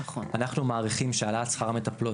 אנחנו מעריכים שהעלאת שכר המטפלות